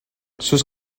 sus